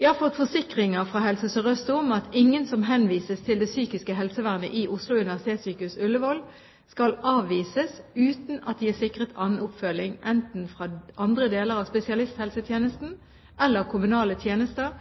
Jeg har fått forsikringer fra Helse Sør-Øst om at ingen som henvises til det psykiske helsevernet i Oslo universitetssykehus, Ullevål, skal avvises uten at de er sikret annen oppfølging enten fra andre deler av spesialisthelsetjenesten eller kommunale tjenester,